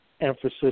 emphasis